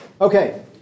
Okay